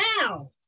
Now